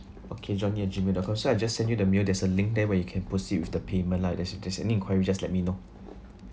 okay johnny at jimmy dot com so I just sent you the mail there's a link there where you can proceed with the payment lah if there's if there's any inquiry you just let me know